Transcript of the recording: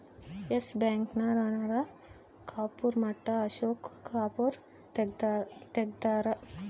S Bank ನ ರಾಣ ಕಪೂರ್ ಮಟ್ಟ ಅಶೋಕ್ ಕಪೂರ್ ತೆಗ್ದಾರ